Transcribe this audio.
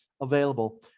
available